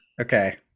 Okay